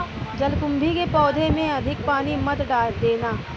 जलकुंभी के पौधों में अधिक पानी मत देना